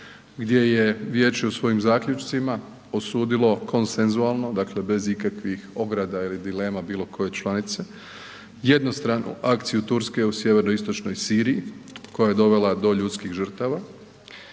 gdje je vijeće u svojim zaključcima osudilo konsenzualno, dakle bez ikakvih ograda ili dilema bilo koje članice, jednostranu akciju Turske u sjeveroistočnoj Siriji koja je dovela do ljudskih žrtava,